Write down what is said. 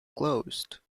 closed